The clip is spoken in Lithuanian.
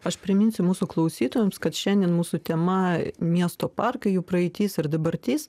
aš priminsiu mūsų klausytojams kad šiandien mūsų tema miesto parkai jų praeitis ir dabartis